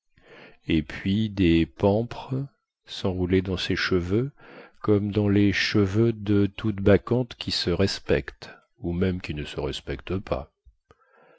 et puis des pampres senroulaient dans ses cheveux comme dans les cheveux de toute bacchante qui se respecte ou même qui ne se respecte pas